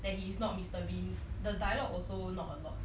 that he is not mister bean the dialogue also not a lot